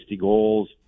goals